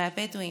מהבדואים,